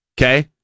okay